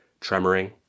Tremoring